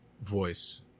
voice